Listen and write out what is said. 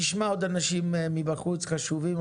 נשמע עוד אנשים מבחוץ, חשובים.